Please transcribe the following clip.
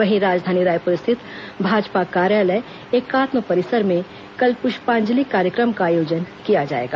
वहीं राजधानी रायपुर स्थित भाजपा कार्यालय एकात्म परिसर में कल प्रष्पांजलि कार्यक्रम का आयोजन किया गया है